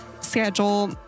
schedule